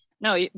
No